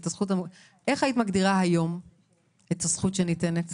איך היית מגדירה היום את הזכות שניתנת